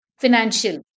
financial